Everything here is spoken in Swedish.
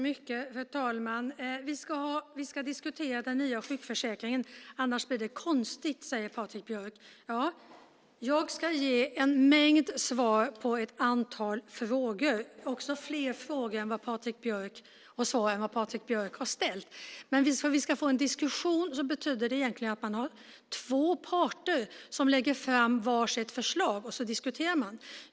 Fru talman! Vi ska diskutera den nya sjukförsäkringen, annars blir det konstigt, säger Patrik Björck. Jag ska ge en mängd svar på ett antal frågor, också på fler frågor än som Patrik Björck har ställt. Men om vi ska få en diskussion behöver det egentligen vara två parter som lägger fram var sitt förslag som vi diskuterar.